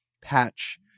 patch